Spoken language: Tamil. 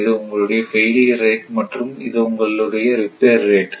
இது உங்களுடைய ஃபெயிலியர் ரேட் மற்றும் இது உங்களுடைய ரிப்பேர் ரேட்